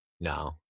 No